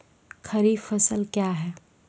खरीफ फसल क्या हैं?